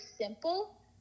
simple